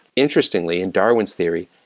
interestingly, in darwin's theory,